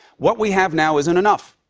what we have now isn't enough.